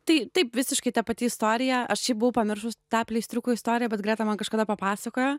tai taip visiškai ta pati istorija aš šiaip buvau pamiršus tą pleistriuko istoriją bet greta man kažkada papasakojo